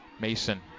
Mason